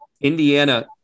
Indiana